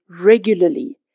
regularly